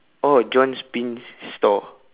oh john's pin store